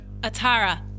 Atara